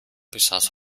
besaß